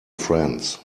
friends